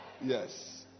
Yes